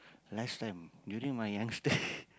last time during my youngster